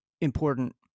important